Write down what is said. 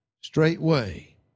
straightway